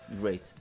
great